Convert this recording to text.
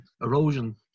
erosion